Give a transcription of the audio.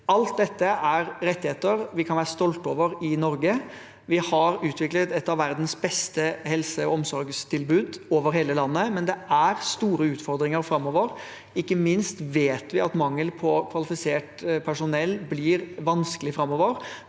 Alt dette er rettigheter vi kan være stolte av i Norge. Vi har utviklet et av verdens beste helse- og omsorgstilbud over hele landet, men det er store utfordringer framover. Ikke minst vet vi at dette med mangel på kvalifisert personell blir vanskelig framover.